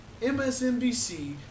MSNBC